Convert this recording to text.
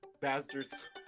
Bastards